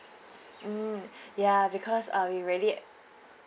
mm ya because uh we really